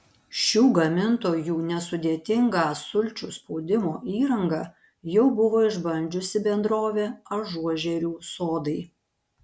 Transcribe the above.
šių gamintojų nesudėtingą sulčių spaudimo įrangą jau buvo išbandžiusi bendrovė ažuožerių sodai